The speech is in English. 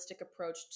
approach